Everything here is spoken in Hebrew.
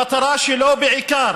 המטרה שלו היא בעיקר